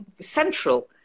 central